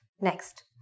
Next